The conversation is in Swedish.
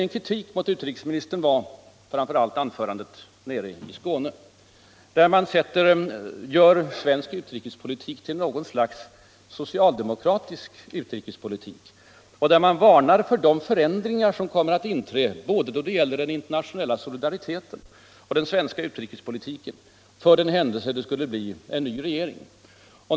Min kritik mot utrikesministern gällde framför allt hans anförande nere i Skåne, där den svenska utrikespolitiken görs till något slags socialdemokratisk utrikespolitik och där det varnas för de förändringar som kommer att inträda både när det gäller den internationella solidariteten och den svenska utrikespolitiken för den händelse det skulle bli en ny regering.